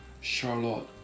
Charlotte